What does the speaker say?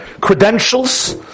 credentials